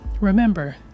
remember